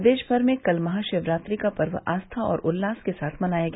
प्रदेश भर में कल महाशिवरात्रि का पर्व आस्था और उल्लास के साथ मनाया गया